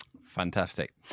Fantastic